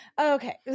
Okay